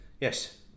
Yes